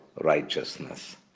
righteousness